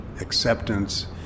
acceptance